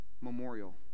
memorial